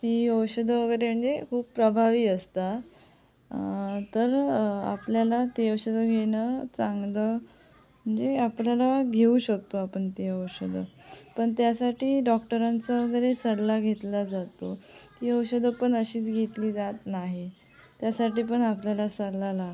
ती औषधं वगैरे म्हणजे खूप प्रभावी असतात तर आपल्याला ते औषधं घेणं चांगलं म्हणजे आपल्याला घेऊ शकतो आपण ते औषधं पण त्यासाठी डॉक्टरांचा वगैरे सल्ला घेतला जातो ती औषधं पण अशीच घेतली जात नाही त्यासाठी पण आपल्याला सल्ला लागतो